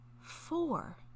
four